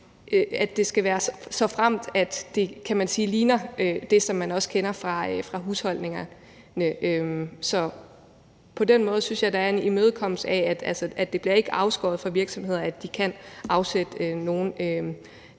at det skal være muligt, såfremt det ligner det, som man også kender fra husholdningerne. Så på den måde synes jeg at der er en imødekommelse af, at det ikke bliver afskåret fra virksomheder. De kan afsætte noget